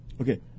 Okay